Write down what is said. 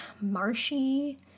marshy